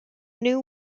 new